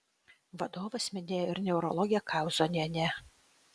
vadovas minėjo ir neurologę kauzonienę